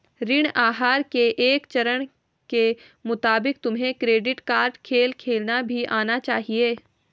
ऋण आहार के एक चरण के मुताबिक तुम्हें क्रेडिट कार्ड खेल खेलना भी आना चाहिए